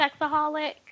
sexaholic